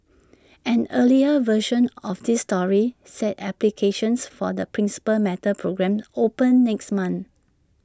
an earlier version of this story said applications for the Principal Matters programme open next month